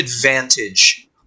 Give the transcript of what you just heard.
advantage